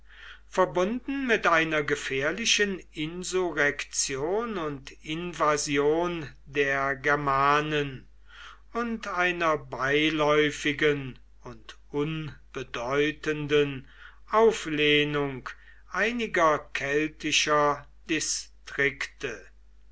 verbunden mit einer gefährlichen insurrektion und invasion der germanen und einer beiläufigen und unbedeutenden auflehnung einiger keltischer distrikte